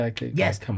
Yes